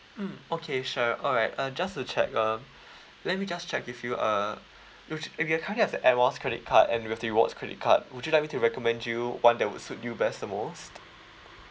mm okay sure alright uh just to check uh let me just check with you uh which uh we currently have the air miles credit card and we have the rewards credit card would you like me to recommend you one that would suit you best the most